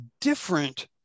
different